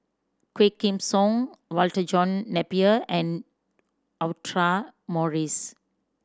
Quah Kim Song Walter John Napier and Audra Morrice